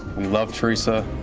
we love teresa